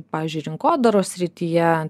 pavyzdžiui rinkodaros srityje